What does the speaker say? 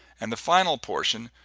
and the final portion,